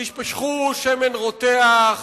תשפכו שמן רותח